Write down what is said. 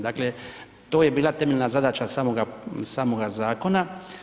Dakle, to je bila temeljna zadaća samoga zakona.